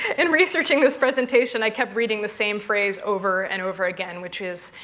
in researching this presentation, i kept reading the same phrase over and over again, which is.